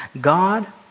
God